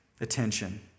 attention